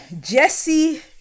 Jesse